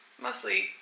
mostly